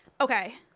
okay